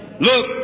Look